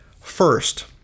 First